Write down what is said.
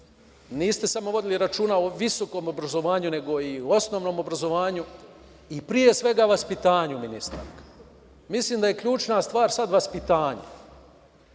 niste samo vodili računa o visokom obrazovanju, nego i o osnovnom obrazovanju i pre svega vaspitanju, ministre. Mislim da je ključna stvar sada vaspitanje,